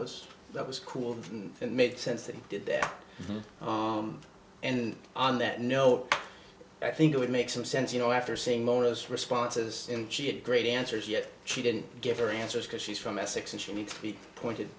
was that was cool and it made sense that he did that and on that note i think it would make some sense you know after seeing lois responses and she had great answers yet she didn't give her answers because she's from essex and she needs to be pointed